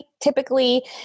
typically